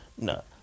No